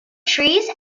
trees